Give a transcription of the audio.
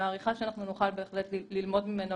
שזה יכול לקחת שנה, שנתיים או יום.